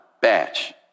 batch